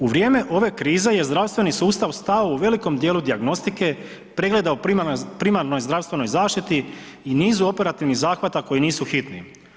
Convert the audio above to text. U vrijeme ove krize je zdravstveni sustav stao u velikom dijelu dijagnostike, pregleda o primarnoj zdravstvenoj zaštiti i nizu operativnih zahvata koji nisu hitni.